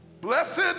Blessed